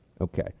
Okay